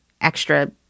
extra